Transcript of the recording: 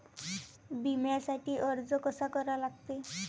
बिम्यासाठी अर्ज कसा करा लागते?